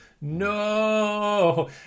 no